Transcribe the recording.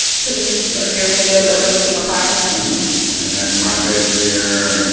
so this is your window's overlooking a park and that's my bed there and.